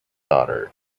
daughter